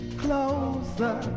closer